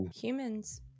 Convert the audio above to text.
Humans